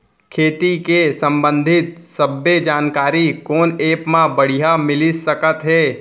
खेती के संबंधित सब्बे जानकारी कोन एप मा बढ़िया मिलिस सकत हे?